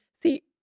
see